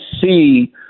see